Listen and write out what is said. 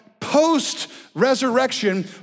post-resurrection